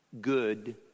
good